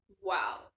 Wow